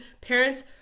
Parents